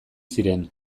ziren